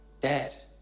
Dad